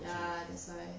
ya that's why